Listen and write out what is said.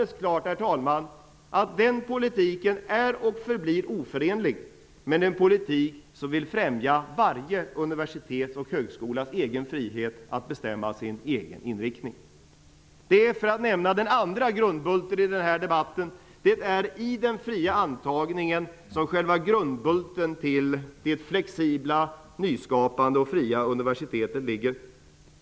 Låt mig göra klart att den politiken är och förblir oförenlig med en politik för att främja varje universitets och högskolas frihet att bestämma sin egen inriktning. Det är -- för att nämna den andra grundbulten i denna debatt -- i den fria antagningen som grunden för ett flexibelt, nyskapande och fritt universitet ligger.